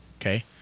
Okay